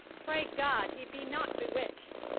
pray god, he be not bewitch'd!